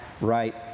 right